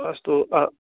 अस्तु आ